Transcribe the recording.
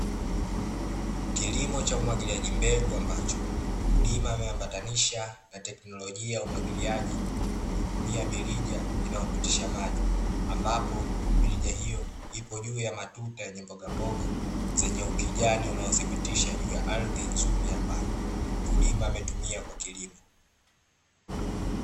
Kilimo cha umwagiliaji mbegu ambacho, mkulima ameambatanisha na tekinolojia ya umwagiliaji kwa kutumia mirija, inayopitisha maji ambapo, mirija hiyo ipo juu ya matuta yenye mbogamboga, zenye ukijani unaothibitisha juu ya ardhi nzuri ambayo mkulima ametumia kwa kilimo.